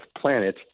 planet